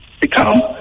become